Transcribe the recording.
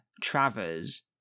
Travers